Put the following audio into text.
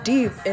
Deep